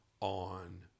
on